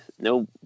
no